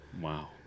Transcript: wow